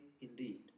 indeed